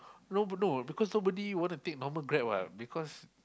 no no because nobody want to take normal Grab what because